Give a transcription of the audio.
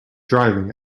driving